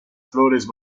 flores